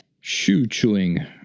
shoe-chewing